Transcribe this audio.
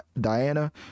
diana